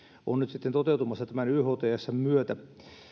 on nyt sitten toteutumassa tämän ythsn myötä